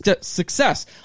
success